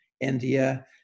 India